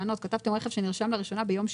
"רכב שנרשם לראשונה ביום שבת".